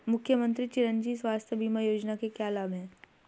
मुख्यमंत्री चिरंजी स्वास्थ्य बीमा योजना के क्या लाभ हैं?